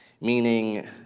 meaning